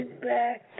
back